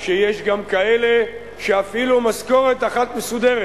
שיש גם כאלה שאפילו משכורת אחת מסודרת